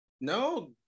no